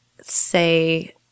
say